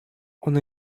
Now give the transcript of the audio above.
ona